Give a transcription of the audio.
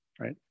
right